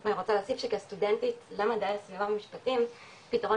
אני רוצה להוסיף שכסטודנטית למדעי הסביבה ומשפטים הפתרון